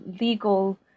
legal